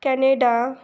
Canada